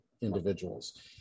individuals